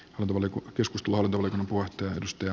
haluammeko keskus tuonut alle puolet sisällöstä